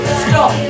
stop